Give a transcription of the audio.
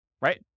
right